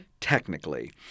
technically